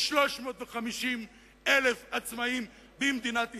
יש 350,000 עצמאים במדינת ישראל,